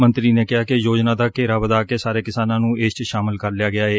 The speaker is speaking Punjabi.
ਮੰਤਰੀ ਨੇ ਕਿਹਾ ਕਿ ਯੋਜਨਾ ਦਾ ਘੇਰਾ ਵਧਾ ਕੇ ਸਾਰੇ ਕਿਸਾਨਾਂ ਨੂੰ ਇਸ ਚ ਸ਼ਾਮਲ ਕਰ ਲਿਆ ਗਿਆ ਏ